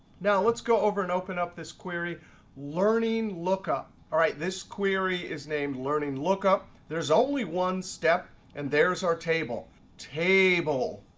now let's go over and open up this query learning lookup. this query is named learning lookup. there's only one step, and there's our table table,